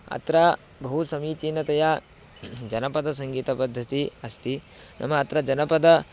अत्र बहु समीचीनतया जनपदसङ्गीतपद्धतिः अस्ति नाम अत्र जनपदं